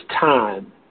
time